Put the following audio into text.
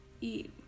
eat